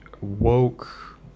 woke